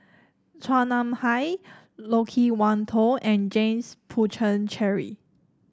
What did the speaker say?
Chua Nam Hai Loke Wan Tho and James Puthucheary